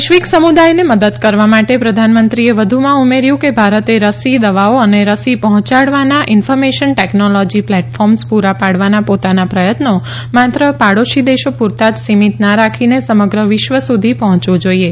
વૈશ્વિક સમુદાયને મદદ કરવા માટે પ્રધાનમંત્રીએ વધુમાં ઉમેર્યું કે ભારતે રસી દવાઓ અને રસી પહોંચાડવાના ઇન્ફોર્મેશન ટેકનોલોજી પ્લેટફોર્મ્સ પૂરા પાડવાના પોતાના પ્રયત્નો માત્ર પડોશી દેશો પૂરતા જ સિમિત ના રાખીને સમગ્ર વિશ્વ સુધી પહોંચવું જોઇએ